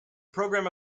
programme